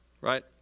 right